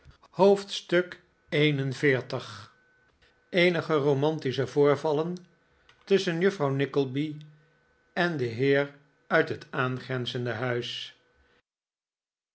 hoofdstuk xli eenige romantische voorvallen tusschen juffrouw nickleby en den heer uit het aangrenzende huis